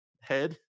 head